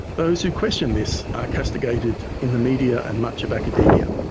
those who question this are castigated in the media and much of academia.